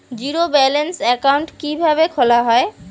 Zero balance account কিভাবে খোলা হয়?